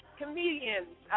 comedians